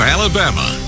Alabama